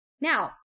Now